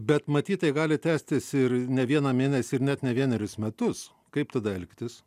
bet matyt tai gali tęstis ir ne vieną mėnesį ir net ne vienerius metus kaip tada elgtis